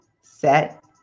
Set